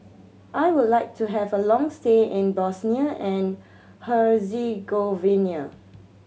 I would like to have a long stay in Bosnia and Herzegovina